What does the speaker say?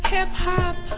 Hip-hop